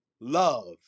love